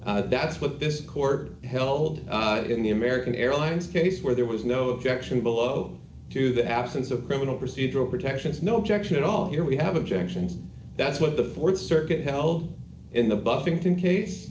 r that's what this court held in the american airlines case where there was no objection below to the absence of criminal procedural protections no objection at all here we have objections that's what the th circuit held in the buffington case